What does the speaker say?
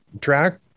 track